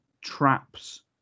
traps